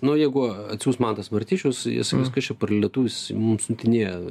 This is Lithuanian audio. nu jeigu atsiųs mantas martišius jie sakys kas čia per lietuvis mum siuntinėja